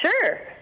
sure